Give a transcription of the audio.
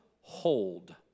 hold